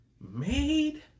made